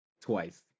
Twice